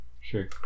Sure